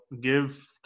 Give